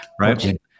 right